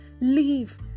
leave